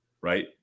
right